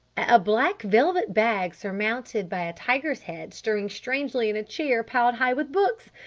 a black velvet bag surmounted by a tiger's head stirring strangely in a chair piled high with books.